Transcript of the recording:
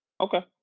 Okay